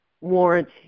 warrant